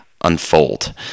unfold